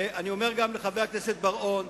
אני אומר גם לחבר הכנסת בר-און,